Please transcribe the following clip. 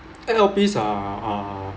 I_L_Ps are are